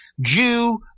Jew